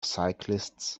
cyclists